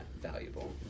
valuable